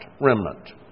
remnant